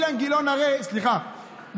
סליחה,